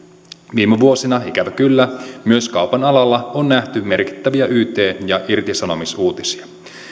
viime vuosina ikävä kyllä myös kaupan alalla on nähty merkittäviä yt ja irtisanomisuutisia